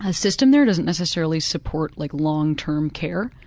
ah system there doesn't necessarily support like long-term care,